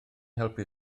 helpu